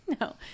no